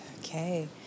Okay